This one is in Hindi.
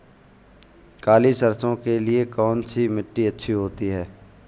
काली सरसो के लिए कौन सी मिट्टी अच्छी होती है?